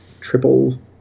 Triple